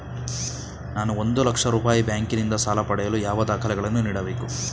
ನಾನು ಒಂದು ಲಕ್ಷ ರೂಪಾಯಿ ಬ್ಯಾಂಕಿನಿಂದ ಸಾಲ ಪಡೆಯಲು ಯಾವ ದಾಖಲೆಗಳನ್ನು ನೀಡಬೇಕು?